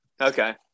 Okay